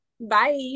Bye